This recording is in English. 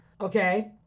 Okay